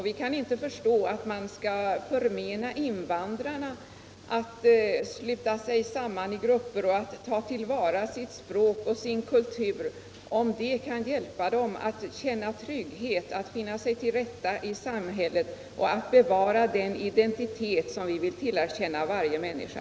Vi kan inte förstå att man skall förmena invandrarna att sluta sig samman i grupper och ta till vara sitt språk och sin kultur, om det kan hjälpa dem att känna trygghet, att finna sig till rätta i samhället och att bevara den identitet som vi vill tillerkänna varje människa.